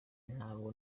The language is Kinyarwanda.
ntabwo